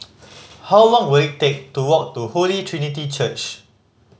how long will it take to walk to Holy Trinity Church